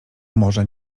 może